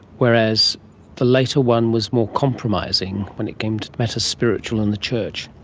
whereas the later one was more compromising when it came to matters spiritual and the church?